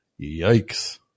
Yikes